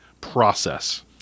process